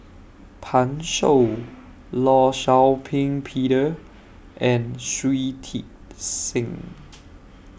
Pan Shou law Shau Ping Peter and Shui Tit Sing